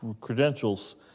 credentials